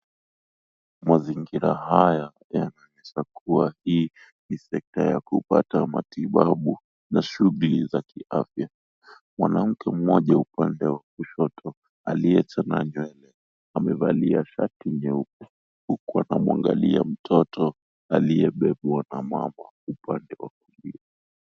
Mazingira haya yanaweza kuwa ni sekta ya kupata matibabu na shughuli za kiafya. Mwanamke mmoja upande wa kushoto aliyechana nywele amevalia shati nyeupe huku anamwangalia mtoto aliyebebwa na mama upande wa pili.